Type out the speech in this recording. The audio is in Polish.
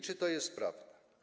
Czy to jest prawda?